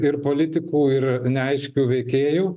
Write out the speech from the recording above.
ir politikų ir neaiškių veikėjų